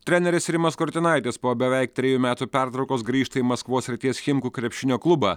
treneris rimas kurtinaitis po beveik trejų metų pertraukos grįžta į maskvos srities chimku krepšinio klubą